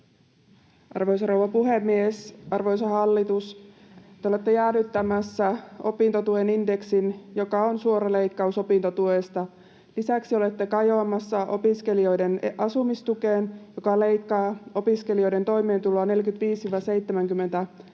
Arvoisa rouva puhemies! Arvoisa hallitus! Te olette jäädyttämässä opintotuen indeksin, mikä on suora leikkaus opintotuesta. Lisäksi olette kajoamassa opiskelijoiden asumistukeen, joka leikkaa opiskelijoiden toimeentuloa 45—70